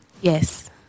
Yes